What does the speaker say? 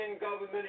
government